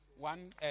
One